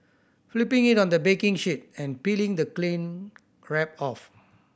flipping it on the baking sheet and peeling the cling wrap off